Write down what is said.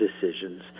decisions